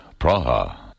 Praha